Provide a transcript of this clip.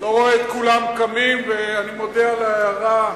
לא רואה את כולם קמים, ואני מודה על ההערה.